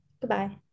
Goodbye